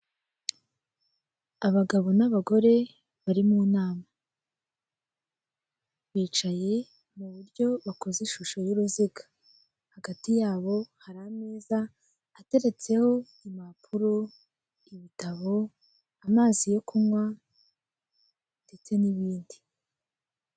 Abagabo n'abagore bari mu nama bicaye mu buryo bakoze ishusho y'uruziga, hagati yabo hari ameza ateretseho impapuro, ibitabo, amazi yo kunywa ndetse n'ibindi.